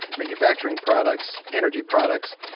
manufacturing products, energy products.